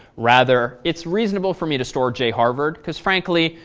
rather, it's reasonably for me to store jharvard because, frankly,